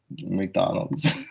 McDonald's